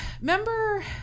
remember